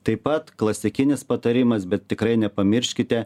taip pat klasikinis patarimas bet tikrai nepamirškite